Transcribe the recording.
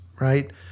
Right